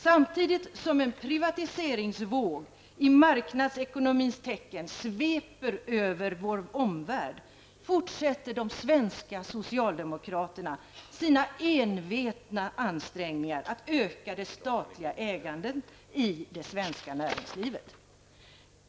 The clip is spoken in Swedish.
Samtidigt som en privatiseringsvåg i marknadsekonomins tecken sveper över vår omvärld, fortsätter de svenska socialdemokraterna sina envetna ansträngningar att öka det statliga ägandet i det svenska näringslivet.